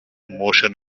motion